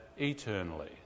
eternally